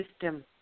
system